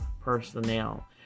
personnel